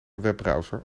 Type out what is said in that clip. webbrowser